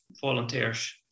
volunteers